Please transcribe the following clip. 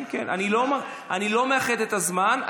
אני לא מאחד את הזמן,